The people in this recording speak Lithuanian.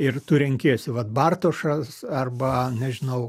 ir tu renkiesi vat bartošas arba nežinau